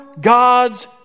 God's